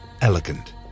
elegant